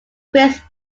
chris